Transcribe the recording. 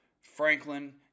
Franklin